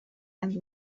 and